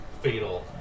fatal